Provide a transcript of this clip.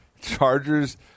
Chargers